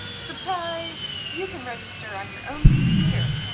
surprise! you can register on your own computer.